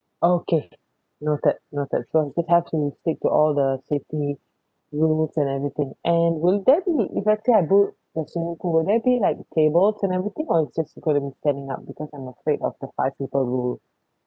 okay noted noted so just have to stick to all the safety rules and everything and will there be if let's say I book the swimming pool will there be like the tables and everything or it's just we gonna be standing up because I'm afraid of the five people rule